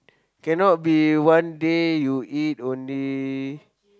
cannot be one day you eat only